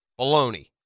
Baloney